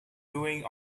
doing